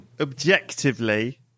objectively